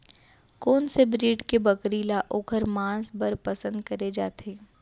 कोन से ब्रीड के बकरी ला ओखर माँस बर पसंद करे जाथे?